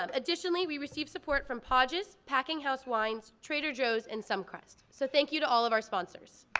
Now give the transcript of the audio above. um additionally we received support from podge's, packing house wines, trader joe's and some crust. so, thank you to all of our sponsors.